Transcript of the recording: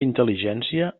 intel·ligència